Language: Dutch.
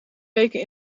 weken